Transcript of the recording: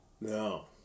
No